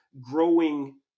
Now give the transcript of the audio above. growing